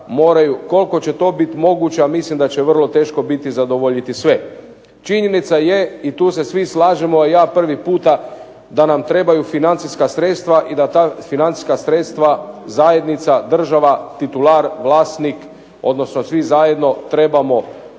koliko će to bit moguće, a mislim da će vrlo teško biti zadovoljiti sve. Činjenica je i tu se svi slažemo, i ja prvi puta, da nam trebaju financijska sredstva i da ta financijska sredstva, zajednica, država, titular vlasnik, odnosno svi zajedno trebamo naplatiti